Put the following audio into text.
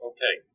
Okay